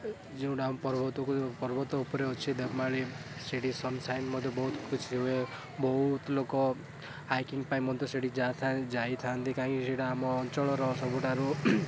ଯେଉଁଟା ପର୍ବତକୁ ପର୍ବତ ଉପରେ ଅଛି ଦେବମାଳି ସେଠି ସନ୍ସାଇନ୍ ମଧ୍ୟ ବହୁତ ହୁଏ ବହୁତ ଲୋକ ହାଇକିଙ୍ଗ ପାଇଁ ମଧ୍ୟ ସେଠି ଯାଇଥାନ୍ତି କାହିଁକି ସେଇଟା ଆମ ଅଞ୍ଚଳର ସବୁଠାରୁ